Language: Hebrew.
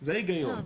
זה היגיון,